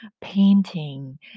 painting